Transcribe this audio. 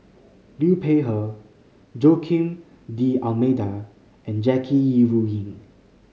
Liu Peihe Joaquim D'Almeida and Jackie Yi Ru Ying